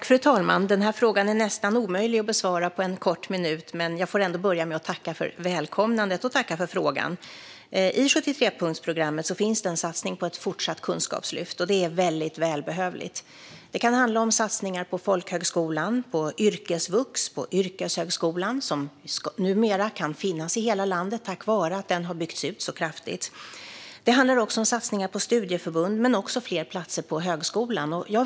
Fru talman! Frågan är nästan omöjlig att besvara på en kort minut. Men jag får börja med att tacka för välkomnandet och för frågan. I 73-punktsprogrammet finns en satsning på ett fortsatt kunskapslyft. Det är välbehövligt. Det kan handla om satsningar på folkhögskolan, yrkesvux och yrkeshögskolan, som numera kan finnas i hela landet, tack vare att den har byggts ut så kraftigt. Det handlar också om satsningar på studieförbund och fler platser på högskolan.